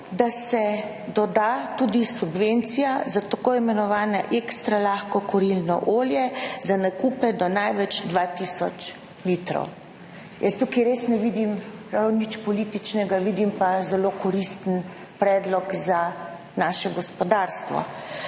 da se doda tudi subvencija za tako imenovana ekstra lahko kurilno olje za nakupe do največ 2 tisoč litrov. Jaz tukaj res ne vidim prav nič političnega, vidim pa zelo koristen predlog za naše gospodarstvo.